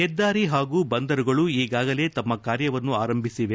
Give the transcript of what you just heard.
ಹೆದ್ದಾರಿ ಹಾಗೂ ಬಂದರುಗಳು ಈಗಾಗಲೇ ತಮ್ಮ ಕಾರ್ಯವನ್ನು ಆರಂಭಿಸಿದೆ